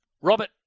Robert